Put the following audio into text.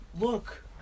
Look